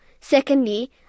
Secondly